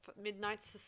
Midnight